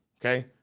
Okay